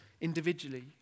individually